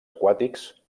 aquàtics